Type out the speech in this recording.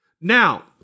Now